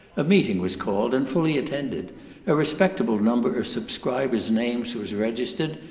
a meeting was called, and fully attended a respectable number of subscribers' names was registered,